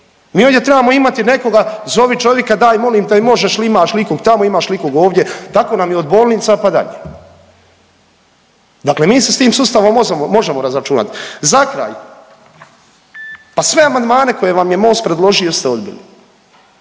Mi ovdje trebamo imati nekoga zovi čovika, daj molim te, možeš li, imaš li ikog tamo, imaš li ikog ovdje. Tako nam je od bolnica pa dalje. Dakle, mi se sa tim sustavom možemo razračunat. Za kraj pa sve amandmane koje vam je MOST predložio ste odbili